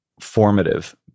formative